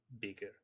bigger